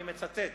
אני מצטט,